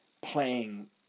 playing